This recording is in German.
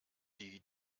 die